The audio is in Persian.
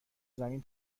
زمین